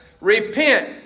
repent